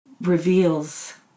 reveals